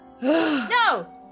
No